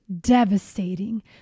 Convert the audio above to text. devastating